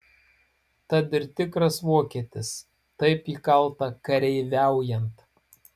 tad ir tikras vokietis taip įkalta kareiviaujant